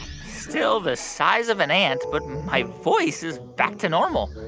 still the size of an ant, but my voice is back to normal